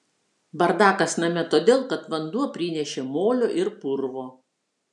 bardakas name todėl kad vanduo prinešė molio ir purvo